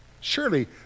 Surely